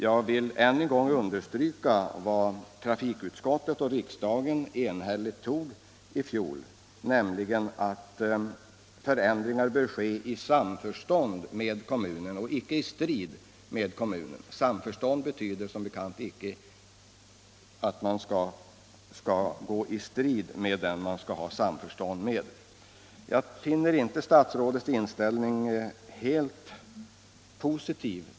Jag vill än en gång understryka vad trafikutskottet och riksdagen enhälligt uttalade i fjol, nämligen att förändringar bör ske i samförstånd med kommunen, icke i strid med den. I begreppet ”samförstånd” ligger som bekant icke att man går i strid med den man skall ha samförstånd med. Jag finner tyvärr inte statsrådets inställning helt positiv.